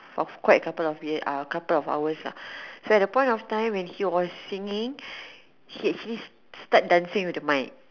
of quite a couple of hours ah so at the point of time when he was singing he actually start dancing with the mic